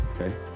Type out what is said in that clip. Okay